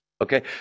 Okay